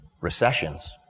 recessions